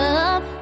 up